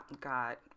got